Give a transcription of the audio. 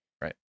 Right